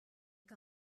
que